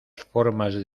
formas